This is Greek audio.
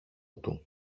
του